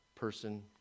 Person